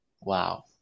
wow